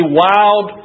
wild